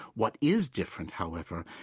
what is different, however,